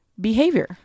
behavior